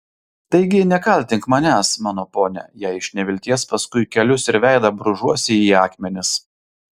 taigi nekaltink manęs mano pone jei iš nevilties paskui kelius ir veidą brūžuosi į akmenis